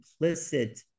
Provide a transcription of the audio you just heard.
implicit